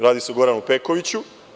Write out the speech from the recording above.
Radi se o Goranu Pekoviću.